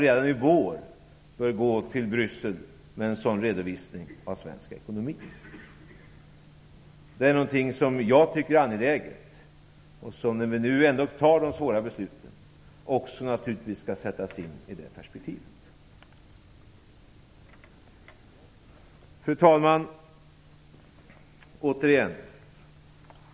Redan i vår bör vi presentera en sådan redovisning av svensk ekonomi för Bryssel. Jag tycker att detta är angeläget. När vi nu fattar dessa svåra beslut måste vi också sätta oss in i det perspektivet. Fru talman!